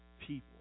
people